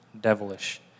devilish